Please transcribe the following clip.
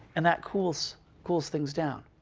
and that cools cools things down.